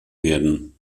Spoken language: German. werden